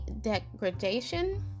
degradation